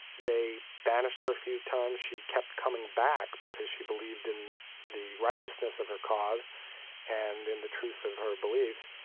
they banished her a few times. she kept coming back because she believed in the righteousness of her cause and in the truth of her beliefs.